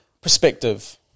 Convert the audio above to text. perspective